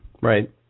Right